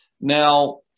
Now